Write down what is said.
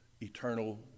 eternal